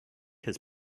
has